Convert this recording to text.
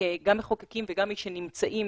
גם כמחוקקים וגם כמי שנמצאים